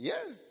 Yes